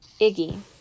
Iggy